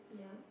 yeah